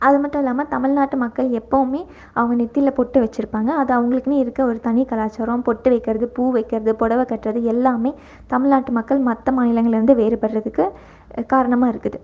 அது மட்டுல்லாமல் தமிழ்நாட்டு மக்கள் எப்போவுமே அவங்க நெற்றில பொட்டு வச்சிருப்பாங்க அது அவங்களுக்குனே இருக்க ஒரு தனி கலாச்சாரம் பொட்டு வைக்கிறது பூ வைக்கிறது புடவ கட்டுறது எல்லாமே தமிழ்நாட்டு மக்கள் மற்ற மாநிலங்கள்லேருந்து வேறுபடுறதுக்கு காரணமாக இருக்குது